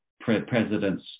presidents